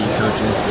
coaches